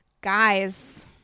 guys